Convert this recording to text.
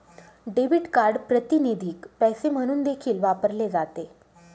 debit card प्रातिनिधिक पैसे म्हणून देखील वापरले जाते